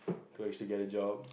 to actually get a job